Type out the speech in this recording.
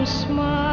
smile